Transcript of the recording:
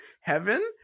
heaven